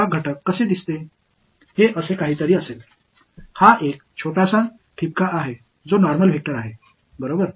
மேற்பரப்பின் விஷயத்தில் surface element எவ்வாறு இருக்கும்